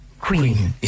Queen